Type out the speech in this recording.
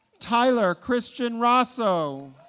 tyler christian rosso